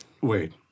Wait